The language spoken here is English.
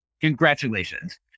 Congratulations